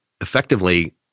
effectively